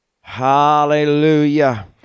Hallelujah